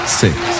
six